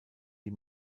die